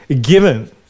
given